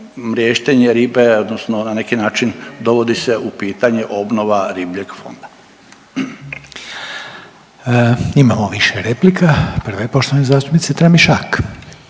mriještenje ribe odnosno na neki način dovodi se u pitanje obnova ribljeg fonda. **Reiner, Željko (HDZ)** Imamo više replika, prva je poštovane zastupnice Tramišak.